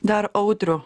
dar audrių